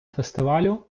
фестивалю